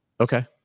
Okay